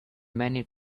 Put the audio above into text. many